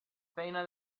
feina